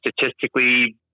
statistically